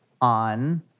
on